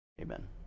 amen